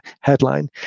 headline